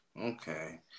Okay